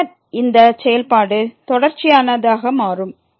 பின்னர் இந்த செயல்பாடு தொடர்ச்சியானதாக மாறும்